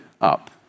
up